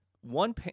one